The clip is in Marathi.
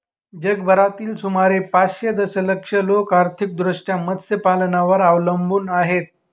जगभरातील सुमारे पाचशे दशलक्ष लोक आर्थिकदृष्ट्या मत्स्यपालनावर अवलंबून आहेत